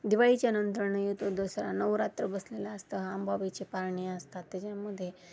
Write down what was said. दिवाळीच्या नंतरनं येतो दसरा नवरात्र बसलेलं असत आंबाबाईचे पारणे असतात त्याच्यामध्ये